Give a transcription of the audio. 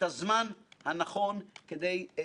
לכן חשוב מה שאמרו כאן חבריי,